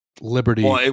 Liberty